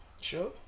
sure